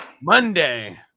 Monday